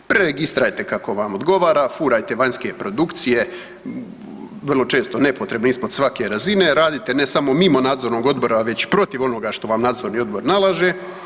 Preregistrirajte kako vam odgovara, furajte vanjske produkcije vrlo često nepotrebne ispod svake razine, radite ne samo mimo Nadzornog odbora već protiv onoga što vam Nadzorni odbor nalaže.